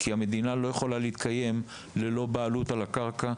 כי המדינה לא יכולה להתקיים ללא בעלות על הקרקע,